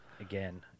Again